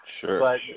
Sure